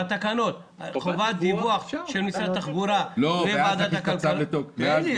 בתקנות נכניס חובת דיווח של משרד התחבורה לוועדת הכלכלה.